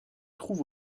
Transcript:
trouve